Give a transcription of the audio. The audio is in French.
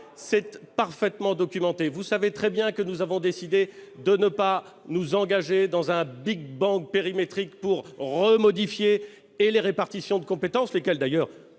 C'est parfaitement documenté. Vous savez très bien que nous avons décidé de ne pas nous engager dans un big-bang périmétrique pour remodifier les répartitions de compétences, lesquelles avaient